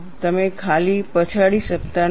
તમે ખાલી પછાડી શકતા નથી